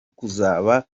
kuzaba